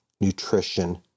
nutrition